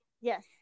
Yes